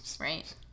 right